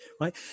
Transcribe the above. right